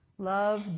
Love